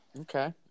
Okay